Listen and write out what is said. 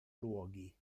luoghi